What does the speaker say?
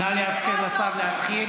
נא לאפשר לשר להתחיל.